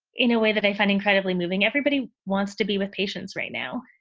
in a way that they find incredibly moving everybody wants to be with patients right now.